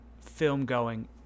film-going